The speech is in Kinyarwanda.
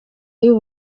y’u